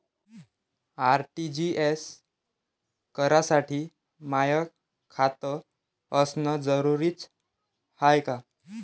RTGS करासाठी माय खात असनं जरुरीच हाय का?